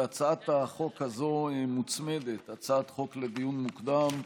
להצעת החוק הזו מוצמדת הצעת חוק לדיון מוקדם: